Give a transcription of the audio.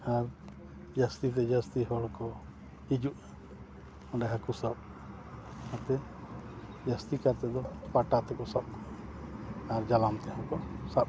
ᱟᱨ ᱡᱟᱹᱥᱛᱤᱛᱮ ᱡᱟᱹᱥᱛᱤ ᱦᱚᱲ ᱠᱚ ᱦᱤᱡᱩᱜᱼᱟ ᱚᱸᱰᱮ ᱦᱟᱹᱠᱩ ᱥᱟᱵ ᱟᱛᱮᱫ ᱡᱟᱹᱥᱛᱤ ᱠᱟᱨ ᱛᱮᱫᱚ ᱯᱟᱴᱟ ᱛᱮᱠᱚ ᱥᱟᱵ ᱠᱚᱣᱟ ᱟᱨ ᱡᱟᱞᱟᱢ ᱛᱮᱦᱚᱸ ᱠᱚ ᱥᱟᱵ ᱠᱚᱜᱮᱭᱟ